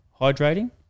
hydrating